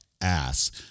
ass